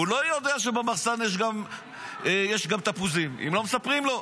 הוא לא יודע שבמחסן יש גם תפוזים אם לא מספרים לו.